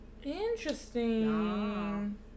interesting